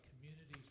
communities